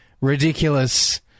ridiculous